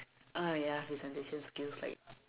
uh ya presentation skills like